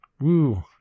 Woo